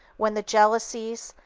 when the jealousies,